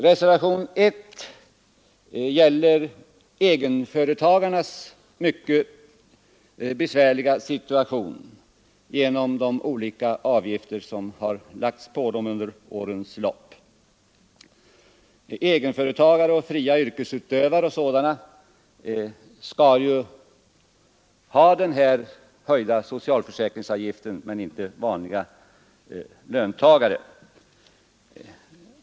Reservationen 1 gäller egenföretagarnas mycket besvärliga situation på grund av de olika avgifter som lagts på dem under årens lopp. Egenföretagare, fria yrkesutövare och likställda skall ju drabbas av den höjda socialförsäkringsavgiften men inte vanliga löntagare.